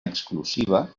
exclusiva